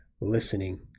listening